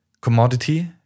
commodity